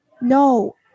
no